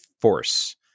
force